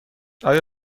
آیا